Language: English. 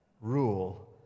rule